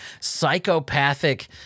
psychopathic